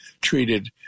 treated